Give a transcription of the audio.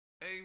Hey